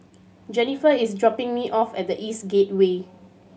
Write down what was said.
Jenniffer is dropping me off at The East Gateway